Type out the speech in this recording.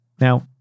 Now